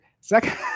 Second